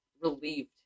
relieved